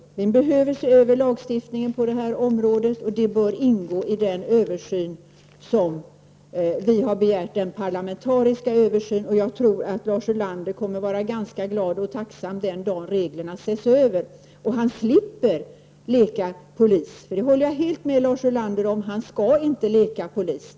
Vi behöver se över lagstiftningen på det här området. Däri bör ingå en parlamentarisk översyn, såsom vi har begärt. Jag tror att Lars Ulander kommer att vara ganska glad och tacksam den dag reglerna ses över och han slipper leka polis. Jag håller helt med Lars Ulander om att han inte skall leka polis.